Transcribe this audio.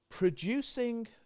Producing